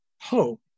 hope